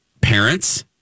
parents